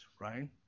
right